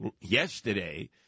yesterday